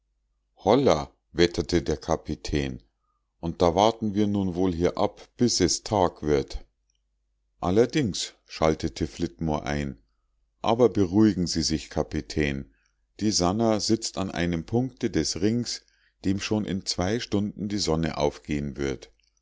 hollah wetterte der kapitän und da warten wir nun wohl hier ab bis es tag wird allerdings schaltete flitmore ein aber beruhigen sie sich kapitän die sannah sitzt an einem punkte des rings dem schon in zwei stunden die sonne aufgehen wird